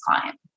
client